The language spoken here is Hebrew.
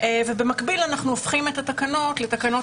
ובמקביל אנחנו הופכים את התקנות לתקנות